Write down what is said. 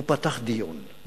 הוא פתח דיון.